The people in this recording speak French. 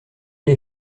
les